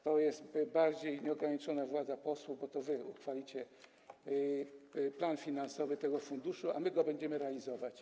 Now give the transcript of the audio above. To jest bardziej nieograniczona władza posłów, bo to wy uchwalicie plan finansowy tego funduszu, a my go będziemy realizować.